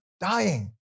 dying